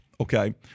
okay